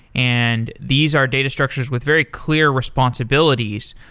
and these are data structures with very clear responsibilities,